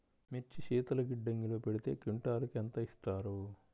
మిర్చి శీతల గిడ్డంగిలో పెడితే క్వింటాలుకు ఎంత ఇస్తారు?